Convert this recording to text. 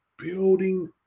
building